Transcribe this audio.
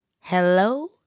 Hello